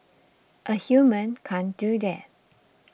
a human can't do that